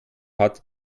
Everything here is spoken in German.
hat